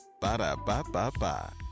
Ba-da-ba-ba-ba